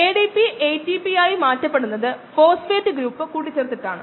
packed cell volume മൊത്തം ശതമാനം ഇത് നമ്മൾ നേരത്തെ സൂചിപ്പിച്ചു